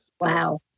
Wow